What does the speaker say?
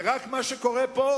ורק מה שקורה פה